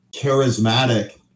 charismatic